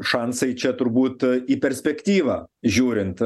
šansai čia turbūt į perspektyvą žiūrint